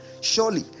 Surely